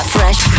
Fresh